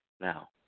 Now